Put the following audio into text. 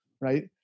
right